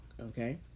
okay